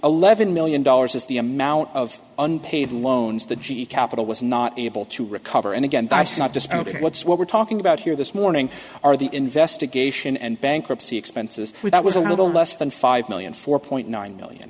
eleven million dollars is the amount of unpaid loans that g e capital was not able to recover and again dice not just ok what's what we're talking about here this morning are the investigation and bankruptcy expenses we thought was a little less than five million four point nine million